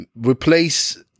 Replace